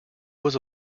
was